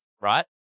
right